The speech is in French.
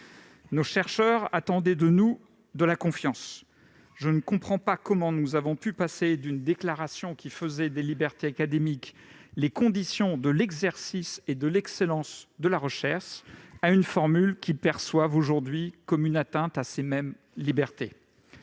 Nos chercheurs attendaient de nous de la confiance : je ne comprends pas comment nous avons pu passer d'une déclaration faisant des libertés académiques les conditions de l'exercice et de l'excellence de la recherche à une formule qu'ils perçoivent comme une atteinte à ces mêmes libertés.